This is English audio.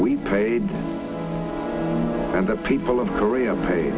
we paid and the people of korea pa